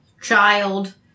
child